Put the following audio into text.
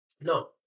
No